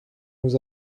nous